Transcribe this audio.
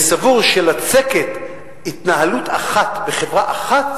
סבור שלצקת התנהלות אחת בחברה אחת,